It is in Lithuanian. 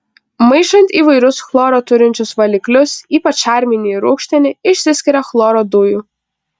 maišant įvairius chloro turinčius valiklius ypač šarminį ir rūgštinį išsiskiria chloro dujų